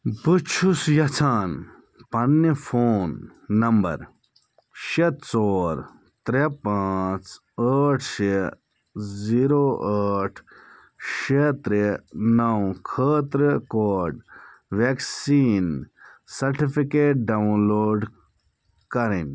بہٕ چھُس یژھان پنٛنہِ فون نمبر شےٚ ژور ترٛےٚ پانٛژھ ٲٹھ شےٚ زیٖرو ٲٹھ شےٚ ترٛےٚ نو خٲطرٕ code vaccine certificate download کَرٕنۍ